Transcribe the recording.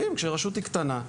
כשרשות היא קטנה,